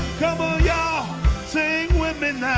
y'all saying women